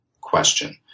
question